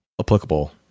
applicable